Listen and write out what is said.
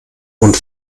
und